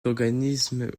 organisme